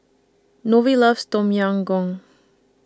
loves Tom Yam Goong